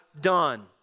done